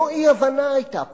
לא אי-הבנה היתה פה,